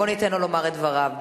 בוא ניתן לו לומר את דבריו.